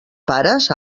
pares